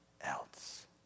else